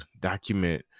document